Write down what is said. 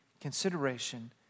consideration